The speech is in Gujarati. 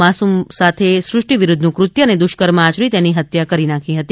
માસુમ સાથે સૃષ્ટિ વિરુધ્ધનું કૃત્ય અને દુષ્કર્મ આચરી તેની હત્યા કરી નાંખી હતી